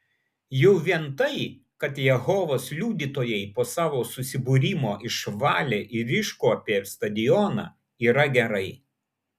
jau vien tai kad jehovos liudytojai po savo susibūrimo išvalė ir iškuopė stadioną yra gerai